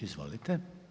Izvolite.